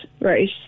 right